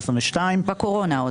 בקורונה.